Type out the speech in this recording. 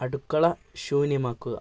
അടുക്കള ശൂന്യമാക്കുക